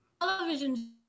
Television